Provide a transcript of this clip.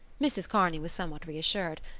mrs. kearney was somewhat reassured,